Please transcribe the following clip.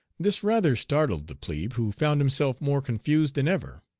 this rather startled the plebe, who found himself more confused than ever.